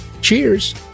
Cheers